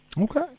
Okay